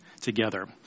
together